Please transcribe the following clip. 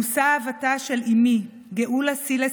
מושא אהבה של אימי גאולה סילס,